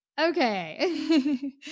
Okay